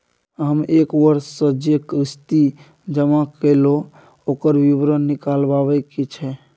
हम एक वर्ष स जे किस्ती जमा कैलौ, ओकर विवरण निकलवाबे के छै?